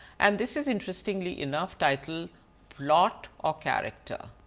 and this is interestingly enough titled plot or character.